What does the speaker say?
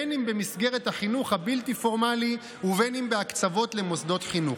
בין במסגרת החינוך הבלתי-פורמלי ובין בהקצבות למוסדות חינוך.